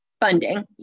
funding